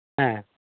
ᱦᱮᱸ